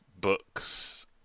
books